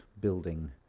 building